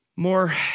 more